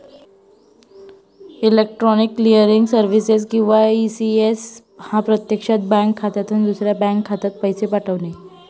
electronic clearing services किंवा ECS हा प्रत्यक्षात बँक खात्यातून दुसऱ्या बँक खात्यात पैसे पाठवणे